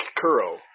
Kuro